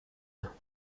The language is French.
utiles